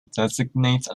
designate